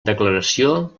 declaració